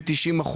ב - 90%,